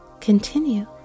continue